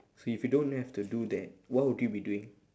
so if you don't have to do that what would you be doing